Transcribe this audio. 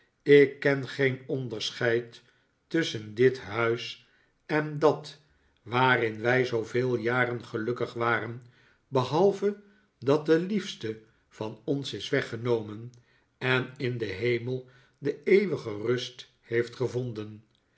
ik ken geen onderscheid tusschen dit huis en dat waarin wij zooveel jaren gelukkig waren behalve dat de liefste van ons is weggenomen en in den hemel de eeuwige rust heeft gevonden